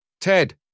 Ted